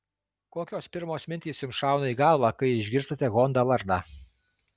kokios pirmos mintys jums šauna į galvą kai išgirstate honda vardą